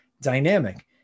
Dynamic